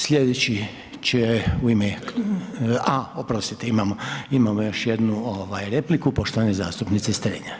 Slijedeći će u ime, a oprostite imamo još jednu ovaj repliku poštovane zastupnice Strenja.